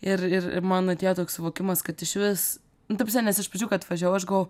ir ir ir man atėjo toks suvokimas kad išvis nu ta prasme nes iš pradžių kai atvažiavau aš galvau